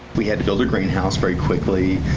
we had to build a greenhouse very quickly.